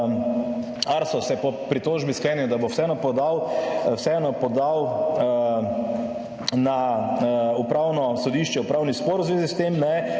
ARSO se po pritožbi sklenil, da bo vseeno podal, vseeno podal na Upravno sodišče upravni spor v zvezi s tem,